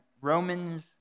Romans